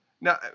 Now